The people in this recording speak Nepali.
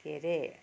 के अरे